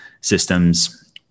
systems